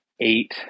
eight